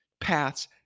paths